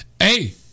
Hey